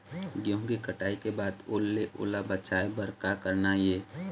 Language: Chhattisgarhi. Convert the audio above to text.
गेहूं के कटाई के बाद ओल ले ओला बचाए बर का करना ये?